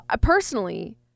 personally